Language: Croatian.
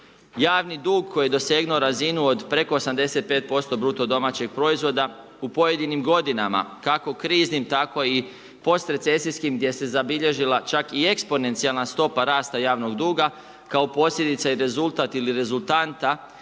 Javni dug koji je dosegnuo razinu od preko 85% bruto domaćeg proizvoda u pojedinim godinama, kako kriznim, tako i posrecesijskim gdje se zabilježila čak i eksponencijalna stopa rasta javnog duga, kao posljedica i rezultat ili rezultanta